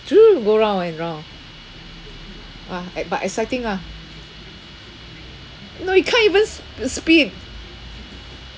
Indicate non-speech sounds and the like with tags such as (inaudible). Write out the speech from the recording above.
(noise) go round and round !wah! eh but exciting ah no you can't even sp~ speed